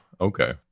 okay